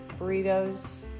burritos